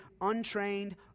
untrained